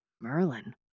Merlin